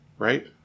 Right